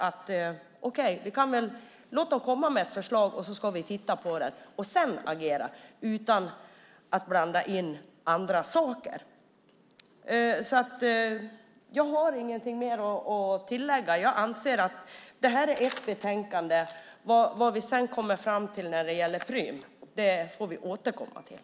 Låt dem komma med ett förslag, så ska vi titta på det och sedan agera utan att blanda in andra saker. Jag har ingenting mer att tillägga. Jag anser att det här är ett betänkande. Vad vi sedan kommer fram till när det gäller Prüm får vi återkomma till.